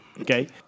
Okay